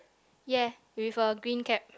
ya with a green cap